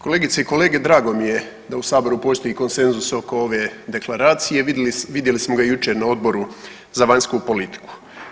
Kolegice i kolege, drago mi je da u saboru postoji konsenzus oko ove deklaracije, vidjeli smo ga jučer na Odboru za vanjsku politiku.